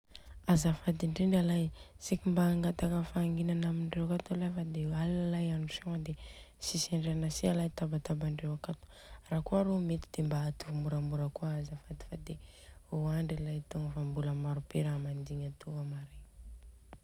Azafady indrindra alay, seka mba angataka fahanginana amindreo akato alay fa de aligna alay i andro siogna de tsisy andriana si alay tabatabandreo akato. Rakôa rô mety de mba atovy moramora kôa azafady fade oandry alay togna fa mbola maro be raha mandeha atoy.